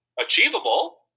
achievable